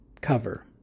cover